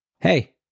hey